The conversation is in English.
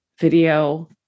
video